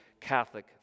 Catholic